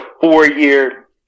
four-year